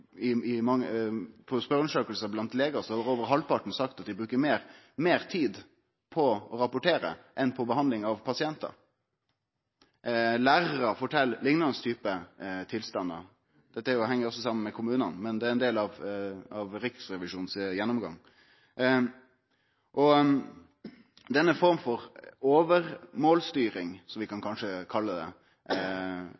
bruker meir tid på å rapportere enn på behandling av pasientar. Lærarar fortel om liknande typar tilstandar. Dette heng jo også saman med kommunane, men det er ikkje ein del av Riksrevisjonens gjennomgang. Med denne forma for overmålstyring, som vi kanskje kan